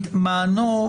מענו,